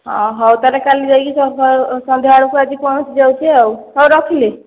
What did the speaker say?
ହଁ ହଉ ତାହେଲେ କାଲି ଯାଇକି ସକାଳୁ ସନ୍ଧ୍ୟା ବେଳକୁ ଆଜି ପହଁଞ୍ଚି ଯାଉଛି ଆଉ ହଉ ରଖିଲି